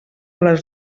les